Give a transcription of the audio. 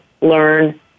learn